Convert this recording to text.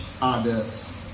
others